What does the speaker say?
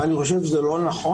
אני חושב שזה לא נכון.